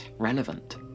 Relevant